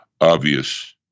obvious